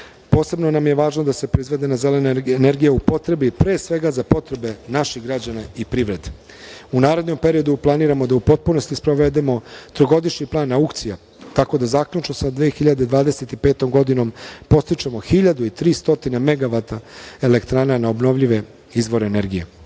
Posebno nam je važno da se proizvedena zelena energija upotrebi pre svega za potrebe naših građana i privrede. U narednom periodu planiramo da u potpunosti sprovedemo trogodišnji plan aukcija, tako da zaključno sa 2025. godinom podstičemo 1.300 megavata elektrana na obnovljive izvore